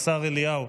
השר אליהו,